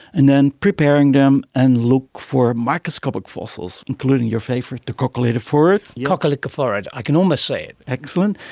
and then preparing them and look for microscopic fossils, including your favourite, the coccolithophorids. coccolithophorids, i can almost say it! excellent.